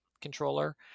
controller